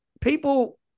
people